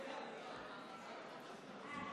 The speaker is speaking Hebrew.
אדוני,